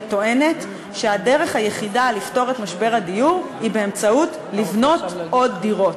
שטוענת שהדרך היחידה לפתור את משבר הדיור היא לבנות עוד דירות.